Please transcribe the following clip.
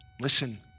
listen